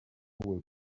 will